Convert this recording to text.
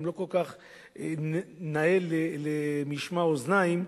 הם לא כל כך נאים למשמע אוזניים,